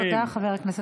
תודה רבה.